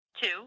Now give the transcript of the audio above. Two